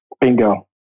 Bingo